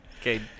Okay